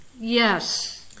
Yes